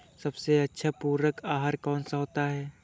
सबसे अच्छा पूरक आहार कौन सा होता है?